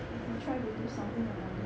I can try to do something about it